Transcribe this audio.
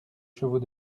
chevaux